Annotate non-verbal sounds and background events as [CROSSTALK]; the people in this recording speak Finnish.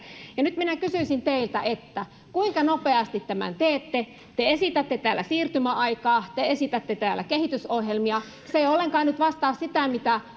nyt minä kysyisin teiltä kuinka nopeasti tämän teette te esitätte täällä siirtymäaikaa te esitätte täällä kehitysohjelmia se ei ollenkaan nyt vastaa sitä mitä [UNINTELLIGIBLE]